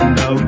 no